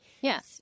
yes